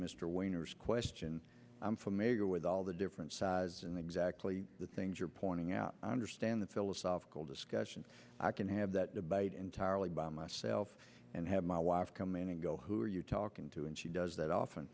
mr winner's question i'm familiar with all the different sides in the exactly the things you're pointing out i understand the philosophical discussion i can have that debate entirely by myself and have my wife come in and go who are you talking to and she does that often